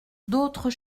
d’autres